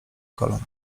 kolan